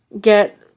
get